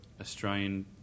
Australian